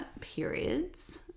periods